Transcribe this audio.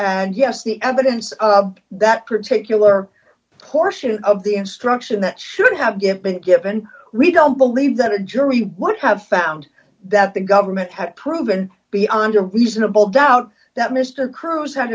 and yes the evidence of that particular portion of the instruction that should have give been given we don't believe that a jury would have found that the government had proven beyond a reasonable doubt that mister cruz had